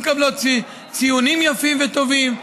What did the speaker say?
הן מקבלות ציונים יפים וטובים.